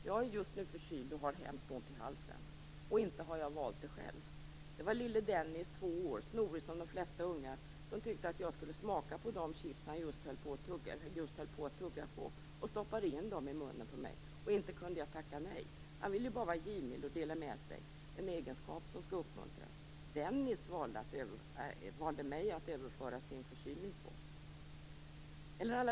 Jag är just nu förkyld och har hemskt ont i halsen, och inte har jag valt det själv. Det var lille Dennis, två år och snorig som de flesta ungar, som tyckte att jag skulle smaka på de chips han just höll på att tugga på och stoppade in dem i munnen på mig. Inte kunde jag tacka nej. Han ville ju bara vara givmild och dela med sig - en egenskap som skall uppmuntras. Dennis valde mig att överföra sin förkylning på.